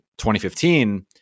2015